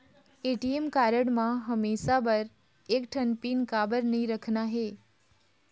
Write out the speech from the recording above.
ATM card म हमेशा बर एक ठन पिन काबर नई रखना हे?